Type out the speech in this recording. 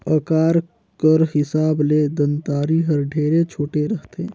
अकार कर हिसाब ले दँतारी हर ढेरे छोटे रहथे